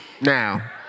Now